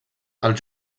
els